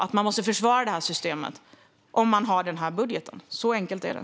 Ni måste försvara detta system om ni har denna budget. Så enkelt är det.